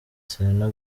serena